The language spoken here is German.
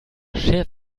schert